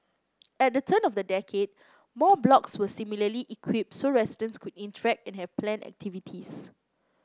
at the turn of the decade more blocks were similarly equipped so residents could interact and have planned activities